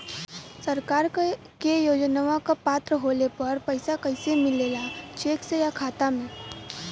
सरकार के योजनावन क पात्र होले पर पैसा कइसे मिले ला चेक से या खाता मे?